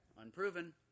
unproven